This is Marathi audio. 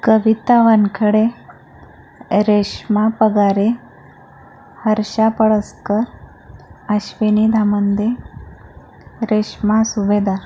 कविता वानखडे रेश्मा पगारे हर्षा पळसकर अश्विनी धामंदे रेश्मा सुवेदार